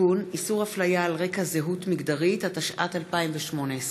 בכסלו התשע"ט, 20 בנובמבר